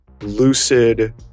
lucid